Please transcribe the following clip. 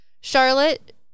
Charlotte